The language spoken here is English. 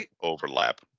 overlap